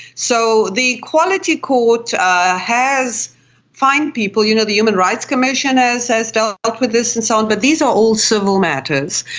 so the equality court has fined people. you know, the human rights commission ah has has dealt with this and so on, but these are all civil matters.